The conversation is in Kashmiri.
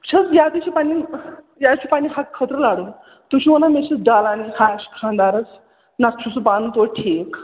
وٕچھ حظ یا تہِ چھِ پنٛنٮ۪ن یا چھِ پنٛنہِ حقہٕ خٲطرٕ لَڑُن تُہۍ چھُو وَنان مےٚ چھِ ڈالان یہِ ہَش خاندارَس نَتہٕ چھِ سُہ پانہٕ تویتہِ ٹھیٖک